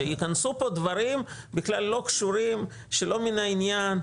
שייכנסו פה דברים שלא קשורים לעניין,